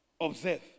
Observe